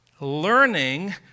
learning